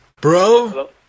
Bro